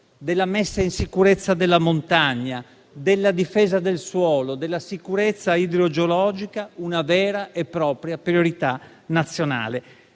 della messa in sicurezza della montagna, della difesa del suolo e della sicurezza idrogeologica una vera e propria priorità nazionale,